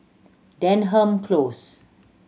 Denham Close